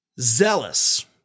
zealous